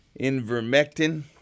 Invermectin